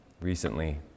recently